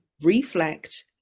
reflect